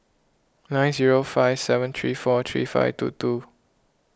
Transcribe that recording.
nine zero five seven three four three five two two